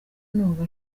numva